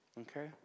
Okay